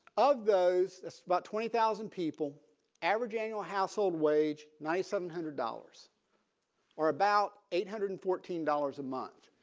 of those it's about twenty thousand people average annual household wage nine seven hundred dollars or about eight hundred and fourteen dollars a month.